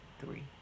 three